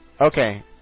Okay